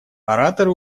ораторы